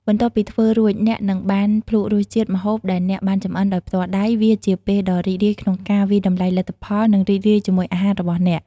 បន្ទាប់ពីធ្វើរួច អ្នកនឹងបាន ភ្លក្សរសជាតិ ម្ហូបដែលអ្នកបានចម្អិនដោយផ្ទាល់ដៃ វាជាពេលដ៏រីករាយក្នុងការវាយតម្លៃលទ្ធផល និងរីករាយជាមួយអាហាររបស់អ្នក ។